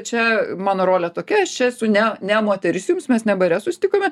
čia mano rolė tokia aš čia esu ne ne moteris jums mes ne bare susitikome